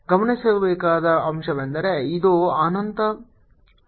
ಗಮನಿಸಬೇಕಾದ ಅಂಶವೆಂದರೆ ಇದು ಅನಂತ ಪ್ರಮಾಣದ ವಸ್ತುವಾಗಿದೆ